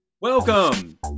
Welcome